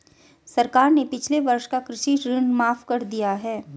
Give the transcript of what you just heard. सरकार ने पिछले वर्ष का कृषि ऋण माफ़ कर दिया है